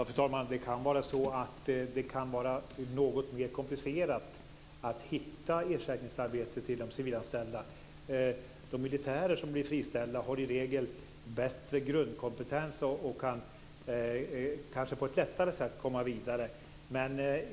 Fru talman! Det kan vara något mer komplicerat att hitta ersättningsarbete till de civilanställda. De militärer som blir friställda har i regel bättre grundkompetens och kan kanske på ett lättare sätt komma vidare.